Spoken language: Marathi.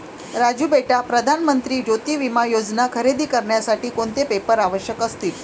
राजू बेटा प्रधान मंत्री ज्योती विमा योजना खरेदी करण्यासाठी कोणते पेपर आवश्यक असतील?